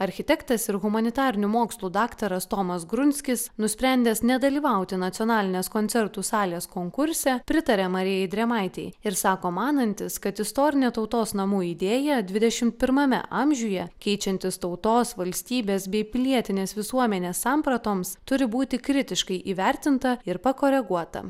architektas ir humanitarinių mokslų daktaras tomas grunskis nusprendęs nedalyvauti nacionalinės koncertų salės konkurse pritarė marijai drėmaitei ir sako manantis kad istorinė tautos namų idėja dvidešim pirmame amžiuje keičiantis tautos valstybės bei pilietinės visuomenės sampratoms turi būti kritiškai įvertinta ir pakoreguota